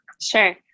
Sure